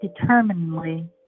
determinedly